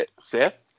Seth